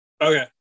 Okay